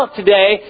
today